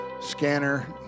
scanner